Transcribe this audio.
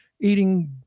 eating